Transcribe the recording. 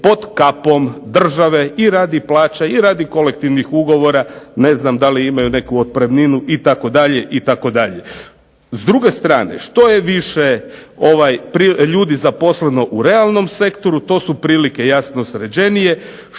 pod kapom države i radi plaće i radi kolektivnih ugovora, ne znam da li imaju neku otpremninu, itd., itd. S druge strane, što je više ljudi zaposleno u realnom sektoru to su prilike jasno sređenije,